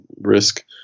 risk